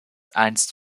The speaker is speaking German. einst